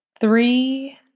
three